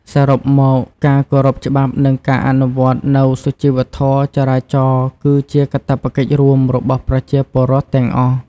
សរុបមក ការគោរពច្បាប់និងការអនុវត្តនូវសុជីវធម៌ចរាចរណ៍គឺជាកាតព្វកិច្ចរួមរបស់ប្រជាពលរដ្ឋទាំងអស់។